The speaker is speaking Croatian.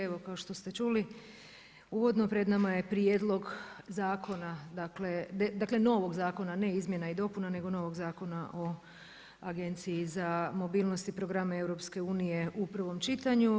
Evo kao što ste čuli uvodno pred nama je Prijedlog zakona novog zakona ne izmjena i dopuna nego novog Zakona o Agenciji za mobilnost i programe EU u prvom čitanju.